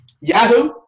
Yahoo